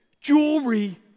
Jewelry